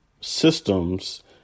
systems